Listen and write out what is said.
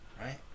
right